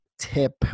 tip